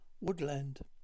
Woodland